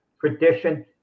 tradition